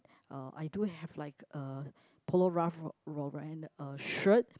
uh I do have like uh Polo-Ralph-Lauren uh shirt